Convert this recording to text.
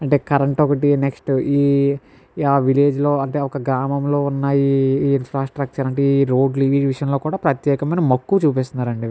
అంటే కరెంట్ ఒకటి నెక్స్ట్ ఈ విలేజ్ లో అంటే ఒక గ్రామంలో ఉన్న ఈ ఇన్ఫ్రాస్ట్రక్చర్ లాంటివి ఈ రోడ్ల విషయంలో కూడా ప్రత్యేకమైన మక్కువ చూపిస్తున్నారండి